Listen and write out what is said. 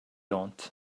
aunt